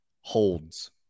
holds